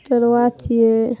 पड़बा छियै